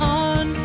on